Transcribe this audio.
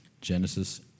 Genesis